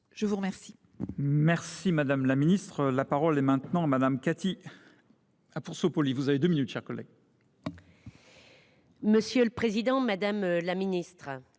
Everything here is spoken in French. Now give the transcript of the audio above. je vous remercie